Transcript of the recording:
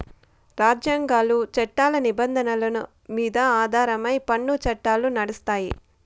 రాజ్యాంగాలు, చట్టాల నిబంధనల మీద ఆధారమై పన్ను చట్టాలు నడుస్తాయి